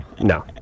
No